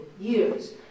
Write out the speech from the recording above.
years